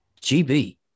GB